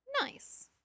Nice